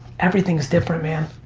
everything's different, man.